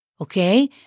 Okay